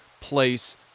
place